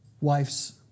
wife's